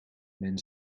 men